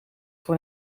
voor